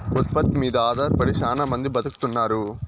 ఉత్పత్తి మీద ఆధారపడి శ్యానా మంది బతుకుతున్నారు